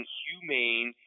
humane